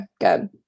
Good